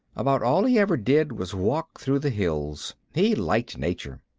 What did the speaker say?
about all he ever did was walk through the hills. he liked nature.